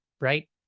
right